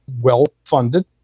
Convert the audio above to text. well-funded